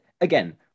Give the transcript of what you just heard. again